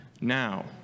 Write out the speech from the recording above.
now